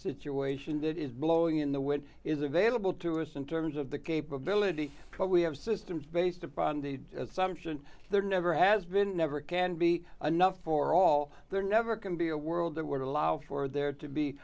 situation that is blowing in the wind is available to us in terms of the capability but we have systems based upon the assumption there never has been never can be enough for all there never can be a world that would allow for there to be